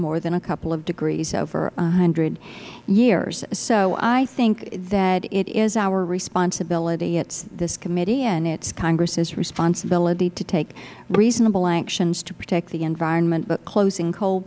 more than a couple of degrees over one hundred years so i think that it is our responsibility it's this committee's and it is congress responsibility to take reasonable actions to protect the environment but closing coal